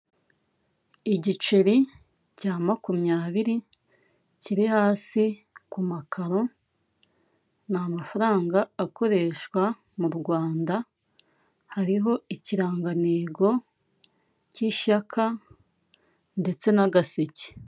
Igiceri cya makumyabiri kiri hasi ku makaro, ni amafaranga akoreshwa mu Rwanda hariho ikirangantego cy'ishaka ndetse n'agaseke.